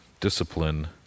discipline